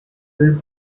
less